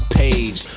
page